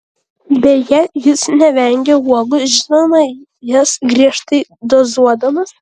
beje jis nevengia uogų žinoma jas griežtai dozuodamas